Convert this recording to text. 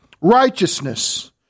righteousness